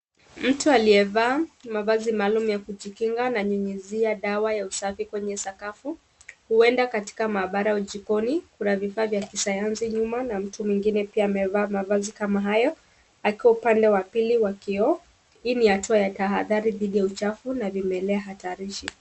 Mtu aliyevaa mavazi maalum ya kujikinga ananyunyuzia dawa ya usafi kwenye sakafu. Huenda katika maabara au jikoni. Hii ni hatua ya tahadhari dhidi ya uchafu na vimelea hatarishi.